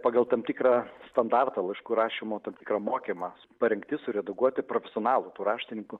pagal tam tikrą standartą laiškų rašymo tam tikrą mokymą parengti suredaguoti profesionalų tų raštininkų